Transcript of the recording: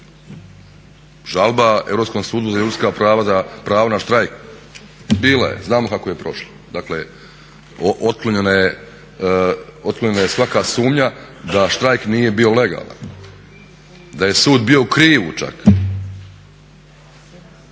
Žalba Europskom sudu za ljudska prava na pravo na štrajk, bila je znamo kako je prošla. Dakle, otklonjena je svaka sumnja da štrajk nije bio legalan, da je sud bio u krivu čak.